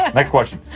yeah next question.